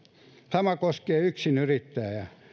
sama koskee yksinyrittäjiä